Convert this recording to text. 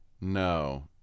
no